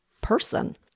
person